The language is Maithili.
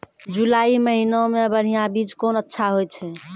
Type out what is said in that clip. जुलाई महीने मे बढ़िया बीज कौन अच्छा होय छै?